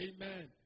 Amen